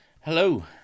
Hello